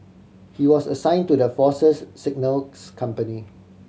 he was assign to the Force's Signals company